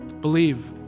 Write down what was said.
Believe